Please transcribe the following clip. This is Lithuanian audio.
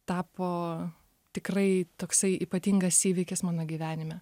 tapo tikrai toksai ypatingas įvykis mano gyvenime